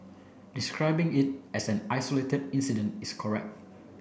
describing it as an isolated incident is correct